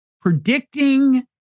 Predicting